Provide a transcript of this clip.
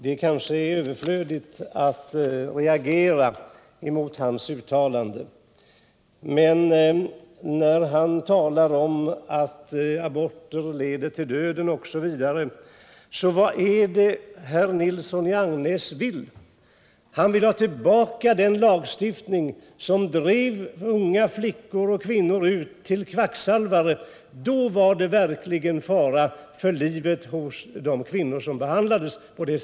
Det är kanske överflödigt att reagera mot det han sade, men vad är det herr Nilsson i Agnäs vill när han talar om att aborter leder till döden, osv.? Jo, han vill ha tillbaka den lagstiftning som drev unga flickor och kvinnor ut till kvacksalvare. Då var det verkligen fara för livet för dessa kvinnor.